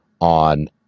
on